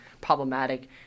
problematic